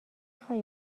خوای